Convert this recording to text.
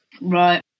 Right